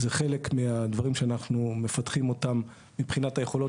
זה חלק מהדברים שאנחנו מפתחים אותם מבחינת היכולות